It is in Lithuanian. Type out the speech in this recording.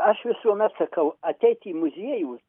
aš visuomet sakau ateit į muziejų